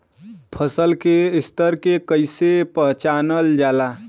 फसल के स्तर के कइसी पहचानल जाला